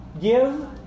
Give